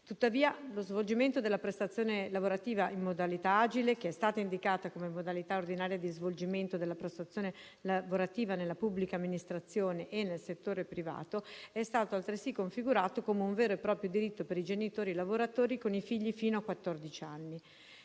Tuttavia, lo svolgimento della prestazione lavorativa in modalità agile, che è stata indicata come modalità ordinaria di svolgimento della prestazione lavorativa nella pubblica amministrazione e nel settore privato, è stato altresì configurato come un vero e proprio diritto per i genitori lavoratori con i figli fino a